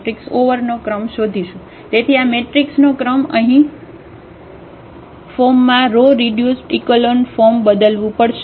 rank શોધવા માટે આપણે તેને રો રીડ્યુસ ઇકેલોન ફોર્મમાં બદલવું પડશે